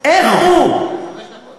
איך הוא מסובב